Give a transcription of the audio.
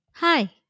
Hi